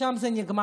שם זה נגמר.